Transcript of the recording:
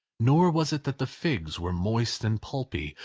nor was it that the figs were moist and pulpy,